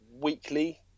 weekly